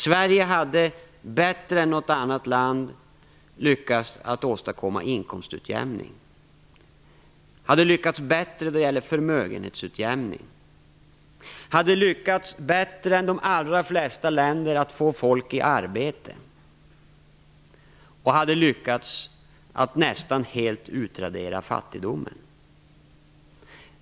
Sverige hade bättre än något annat land lyckats att åstadkomma inkomstutjämning, hade lyckats bättre då det gällde förmögenhetsutjämning, hade lyckats bättre än de allra flesta länder att få folk i arbete och hade lyckats att nästan helt utradera fattigdomen.